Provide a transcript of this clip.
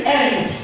end